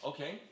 Okay